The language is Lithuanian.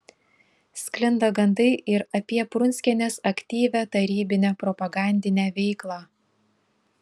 sklinda gandai ir apie prunskienės aktyvią tarybinę propagandinę veiklą